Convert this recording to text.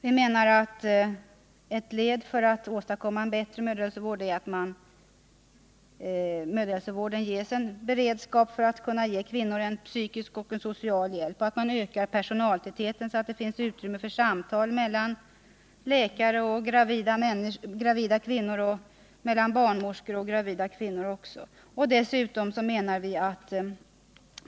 Andra led i strävan att åstadkomma bättre mödrahälsovård är att denna ges beredskap för att kunna ge kvinnor psykisk och social hjälp, att man ökar personaltätheten så att utrymme finns för samtal mellan läkare och gravida kvinnor samt mellan barnmorskor och gravida kvinnor.